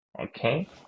Okay